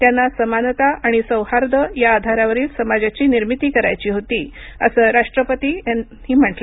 त्यांना समानता आणि सौहार्द या आधारावरील समाजाची निर्मिती करायची होती असं राष्ट्रपती म्हणाले